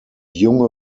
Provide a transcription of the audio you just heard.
junge